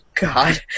God